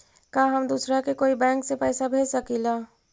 का हम दूसरा के कोई दुसरा बैंक से पैसा भेज सकिला?